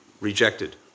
rejected